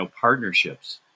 partnerships